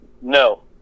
No